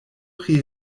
pri